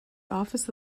office